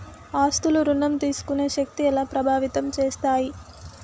ఆస్తుల ఋణం తీసుకునే శక్తి ఎలా ప్రభావితం చేస్తాయి?